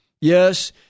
Yes